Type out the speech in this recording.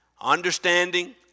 Understanding